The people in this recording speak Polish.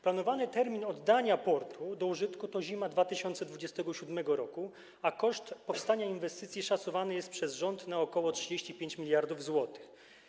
Planowany termin oddania portu do użytku to zima 2027 r., a koszt powstania inwestycji szacowany jest przez rząd na ok. 35 mld zł.